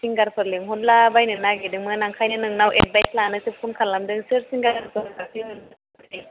सिंगारफोर लेंहरलाबायनो नागिरदोंमोन ओंखायनो नोंनाव एडभाइस लानोसो फ'न खालामदों सोर सिंगारखौ